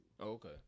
Okay